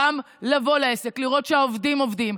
לבוא לעסק ולראות שהעובדים עובדים.